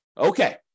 Okay